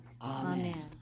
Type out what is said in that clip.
Amen